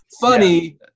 Funny